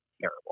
terrible